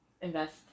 invest